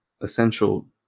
essential